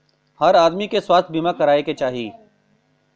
हर आदमी के स्वास्थ्य बीमा कराये के चाही